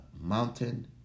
mountain